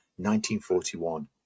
1941